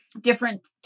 different